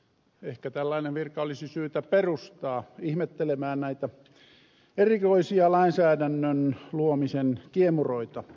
ehkä tällainen virka olisi syytä perustaa ihmettelemään näitä erikoisia lainsäädännön luomisen kiemuroita